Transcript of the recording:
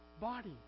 body